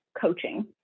coaching